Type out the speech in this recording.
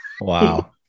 Wow